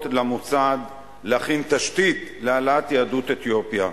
למוסד להכין תשתית להעלאת יהדות אתיופיה.